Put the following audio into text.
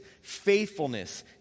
faithfulness